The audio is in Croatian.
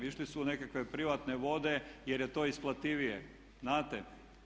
Išli su u nekakve privatne vode jer je to isplativije, znate.